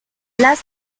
las